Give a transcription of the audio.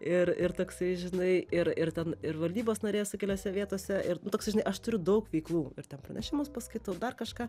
ir ir toksai žinai ir ir ten ir valdybos narė esu keliose vietose ir nu toksai žinai aš turiu daug veiklų ir ten pranešimus paskaitau dar kažką